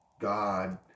God